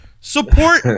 Support